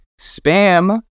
Spam